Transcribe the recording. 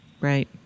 Right